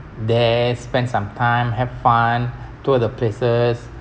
there spend some time have fun tour the places